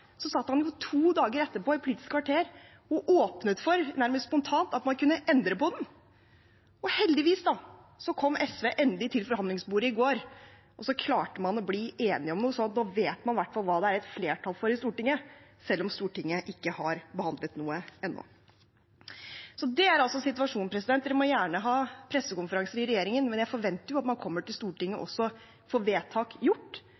i Politisk kvarter og åpnet for – nærmest spontant – at man kunne endre på den. Heldigvis kom SV endelig til forhandlingsbordet i går, og så klarte man å bli enig om noe. Så nå vet man i hvert fall hva det er flertall for i Stortinget – selv om Stortinget ikke har behandlet noe ennå. Det er altså situasjonen. Man må gjerne ha pressekonferanser i regjeringen, men jeg forventer at man også kommer til Stortinget og får gjort